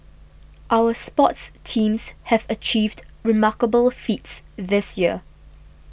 our sports teams have achieved remarkable feats this year